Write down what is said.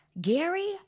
Gary